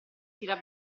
tira